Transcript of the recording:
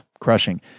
crushing